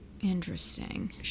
Interesting